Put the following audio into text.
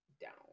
down